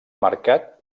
mercat